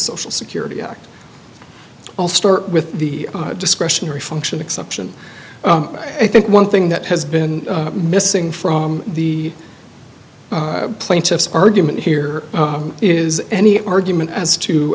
social security act i'll start with the discretionary function exception i think one thing that has been missing from the plaintiff's argument here is any argument as to